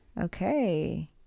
okay